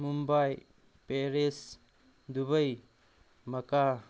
Mumbai Paris Dubai ꯃꯀꯥ